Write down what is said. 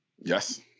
Yes